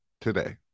today